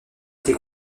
été